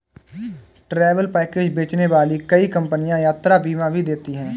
travel package बेचने वाली कई कंपनियां यात्रा बीमा भी देती हैं